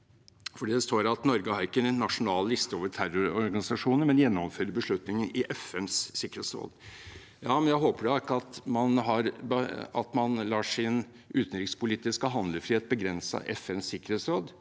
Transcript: svar. Det står at Norge ikke har en nasjonal liste over terrororganisasjoner, men gjennomfører beslutninger i FNs sikkerhetsråd. Jeg håper da ikke at man lar sin utenrikspolitiske handlefrihet begrenses av FNs sikkerhetsråd.